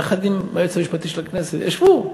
יחד עם היועץ המשפטי של הכנסת ישבו.